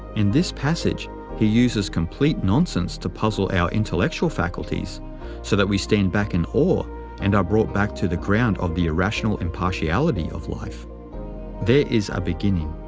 in this passage he uses complete nonsense to puzzle our intellectual faculties so that we stand back in awe and are brought back to the ground of the irrational impartiality of life there is a beginning.